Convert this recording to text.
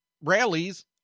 rallies